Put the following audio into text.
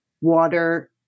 water